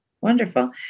Wonderful